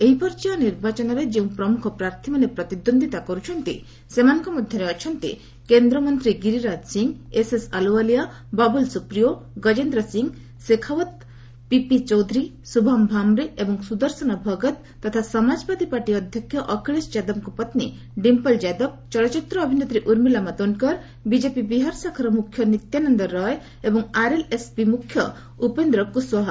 ଏହି ପର୍ଯ୍ୟାୟ ନିର୍ବାଚନରେ ଯେଉଁ ପ୍ରମୁଖ ପ୍ରାର୍ଥୀମାନେ ପ୍ରତିଦ୍ୱନ୍ଦ୍ୱିତା କରୁଛନ୍ତି ସେମାନଙ୍କ ମଧ୍ୟରେ ଅଛନ୍ତି କେନ୍ଦ୍ରମନ୍ତ୍ରୀ ଗିରିରାଜ ସିଂ ଏସ୍ଏସ୍ ଆଲୁୱାଲିଆ ବାବୁଲ୍ ସୁପ୍ରିଓ ଗଜେନ୍ଦ୍ର ସିଂ ଶେଖାଓ୍ୱତ ପିପି ଚୌଧୁରୀ ସୁବାସ୍ ଭାମ୍ରେ ଏବଂ ସୁଦର୍ଶନ ଭଗତ ତଥା ସମାଜବାଦୀ ପାର୍ଟି ଅଧ୍ୟକ୍ଷ ଅଖିଳେଶ ଯାଦବଙ୍କ ପତ୍ନୀ ଡିମ୍ପଲ୍ ଯାଦବ ଚଳଚ୍ଚିତ୍ର ଅଭିନେତ୍ରୀ ଉର୍ମିଲା ମାତୋଣ୍ଡ୍କର ବିଜେପି ବିହାର ଶାଖାର ମୁଖ୍ୟା ନିତ୍ୟାନନ୍ଦ ରୟ ଏବଂ ଆର୍ଏଲ୍ଏସ୍ପି ମୁଖ୍ୟ ଉପେନ୍ଦ୍ର କୁଶଓ୍ୱହା